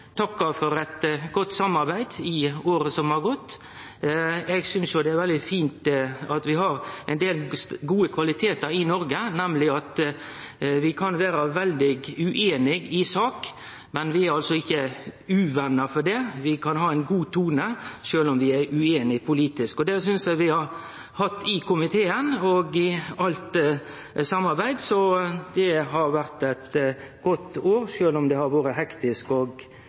for eit godt samarbeid i året som har gått. Eg synest det er veldig fint at vi har ein del gode kvalitetar i Noreg, nemleg at vi kan vere veldig ueinige i sak, men vi er ikkje uvener for det. Vi kan ha ein god tone sjølv om vi er ueinige politisk, og det synest eg vi har hatt i komiteen og i alt samarbeid. Det har vore eit godt år, sjølv om det har vore hektisk og